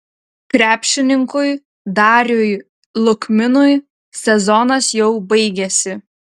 krepšininkui dariui lukminui sezonas jau baigėsi